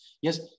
Yes